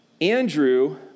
Andrew